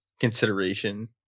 consideration